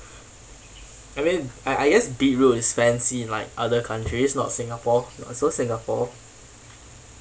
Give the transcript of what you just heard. I mean I I guess beetroot is fancy in like other countries not singapore also singapore